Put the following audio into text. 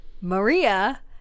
Maria